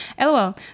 LOL